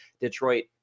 Detroit